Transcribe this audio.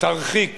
תרחיק